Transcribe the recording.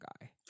guy